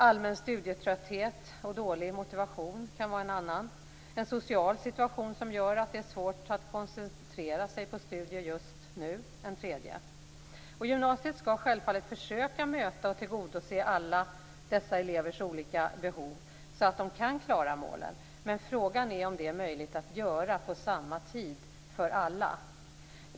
Allmän studietrötthet och dålig motivation kan vara en annan. En social situation som gör att det är svårt att koncentrera sig på studier är en tredje orsak. Gymnasiet skall självfallet försöka möta och tillgodose alla dessa elevers olika behov så att de kan klara målen, men frågan är om det är möjligt att göra det på samma tid för alla.